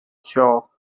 joke